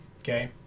okay